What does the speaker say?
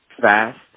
fast